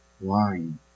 line